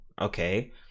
okay